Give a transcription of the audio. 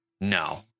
no